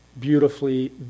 beautifully